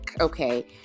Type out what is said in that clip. Okay